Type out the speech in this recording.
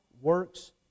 works